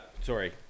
sorry